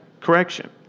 Correction